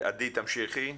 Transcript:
עדי, תמשיכי.